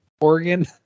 Oregon